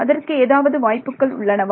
அதற்கு ஏதாவது வாய்ப்புகள் உள்ளனவா